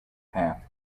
half